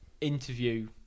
interview